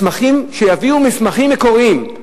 שיביאו מסמכים מקוריים.